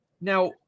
Now